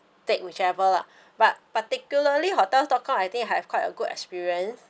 take whichever lah but particularly hotels dot com I think I have quite a good experience